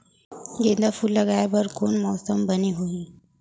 गेंदा फूल लगाए बर कोन मौसम बने होही?